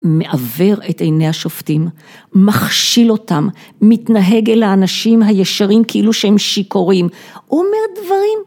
מעוור את עיני השופטים, מכשיל אותם, מתנהג אל האנשים הישרים כאילו שהם שיכורים, אומר דברים